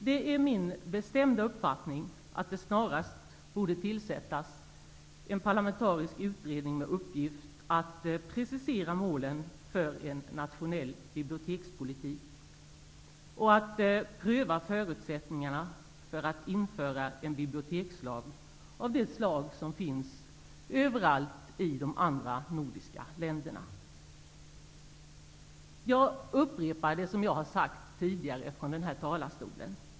Det är min bestämda uppfattning att det snarast borde tillsättas en parlamentarisk utredning med uppgift att precisera målet för en nationell bibliotekspolitik och att pröva förutsättningarna för att införa en bibliotekslag av det slag som finns överallt i de andra nordiska länderna. Jag upprepar det som jag tidigare har sagt från den här talarstolen.